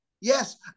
Yes